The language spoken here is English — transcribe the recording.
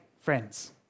friends